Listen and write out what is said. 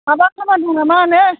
माबा खामानि दं नामानो